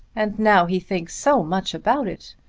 and now he thinks so much about it.